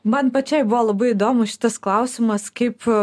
man pačiai buvo labai įdomus šitas klausimas kaip